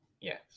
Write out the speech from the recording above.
yes